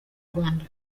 rwanda